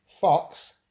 Fox